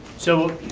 so,